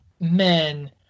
men